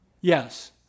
Yes